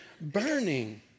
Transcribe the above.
burning